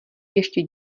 ještě